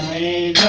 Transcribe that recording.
a